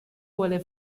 vuole